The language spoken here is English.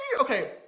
yeah okay,